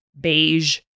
beige